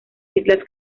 islas